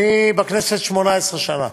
אני בכנסת 18 שנה.